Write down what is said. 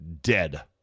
dead